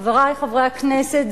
חברי חברי הכנסת,